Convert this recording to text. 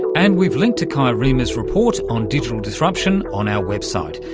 and we've linked to kai riemer's report on digital disruption on our website.